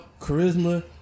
charisma